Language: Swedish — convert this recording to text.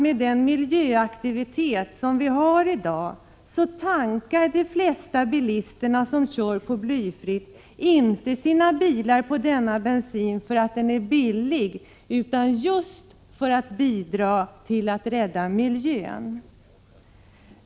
Med den miljöaktivitet som vi har idagtror jag att de flesta av de bilister som tankar blyfri bensin i sina bilar inte gör det för att den är billig utan just för att bidra till att rädda miljön.